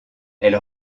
elle